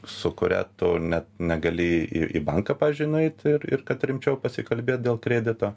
su kuria tu net negali į į banką pavyzdžiui nueit ir ir kad rimčiau pasikalbėt dėl kredito